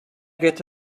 get